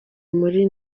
muri